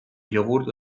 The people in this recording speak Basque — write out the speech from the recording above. jogurt